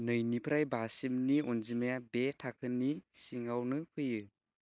नैनिफ्राय बासिमनि अनजिमाया बे थाखोनि सिङावनो फैयो